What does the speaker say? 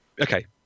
okay